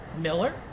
Miller